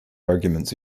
arguments